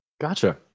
Gotcha